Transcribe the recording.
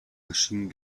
maschinen